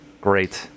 great